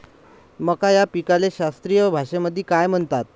मका या पिकाले शास्त्रीय भाषेमंदी काय म्हणतात?